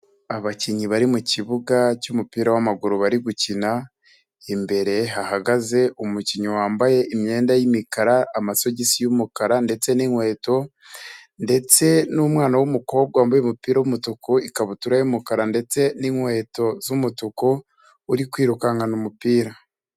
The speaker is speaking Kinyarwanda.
Abakinnyi bari mu kibuga cy'umupira w'amaguru bari gukina, imbere hahagaze umukinnyi wambaye imyenda y'imikara, amasogisi y'umukara ndetse n'inkweto ndetse n'umwana w'umukobwa wambaye umupira w'umutuku, ikabutura y'umukara ndetse n'inkweto z'umutuku, uri kwirukankana umupira.